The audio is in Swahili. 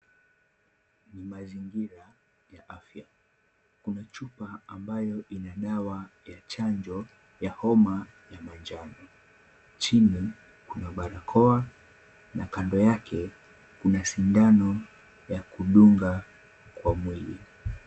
Ni mazingira ya afya. Kuna chupa ambayo ina dawa ya chanjo ya homa ya manjano. Chini kuna barakoa na kando yake kuna sindano ya kudunga kwa mwili.